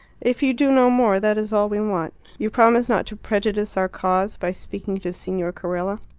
if you do no more, that is all we want. you promise not to prejudice our cause by speaking to signor carella?